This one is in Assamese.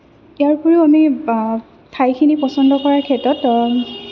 ইয়াৰ উপৰিও আমি বা ঠাইখিনি পচন্দ কৰাৰ ক্ষেত্ৰত